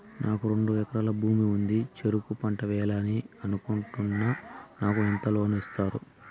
నాకు రెండు ఎకరాల భూమి ఉంది, చెరుకు పంట వేయాలని అనుకుంటున్నా, నాకు ఎంత లోను ఇస్తారు?